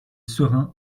serein